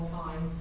time